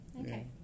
Okay